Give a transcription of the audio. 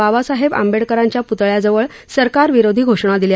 बाबासाहेब आंबेडकरांच्या पूतळ्याजवळ सरकार विरोधी घोषणा दिल्या